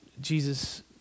Jesus